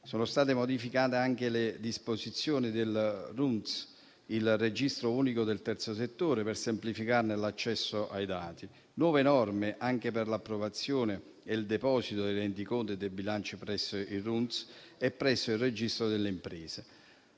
Sono state modificate anche le disposizioni del RUNTS, il Registro unico nazionale del terzo settore, per semplificarne l'accesso ai dati con nuove norme anche per l'approvazione e il deposito dei rendiconti e dei bilanci presso il RUNTS e presso il registro delle imprese.